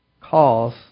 calls